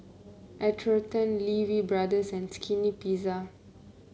Atherton Lee Wee Brothers and Skinny Pizza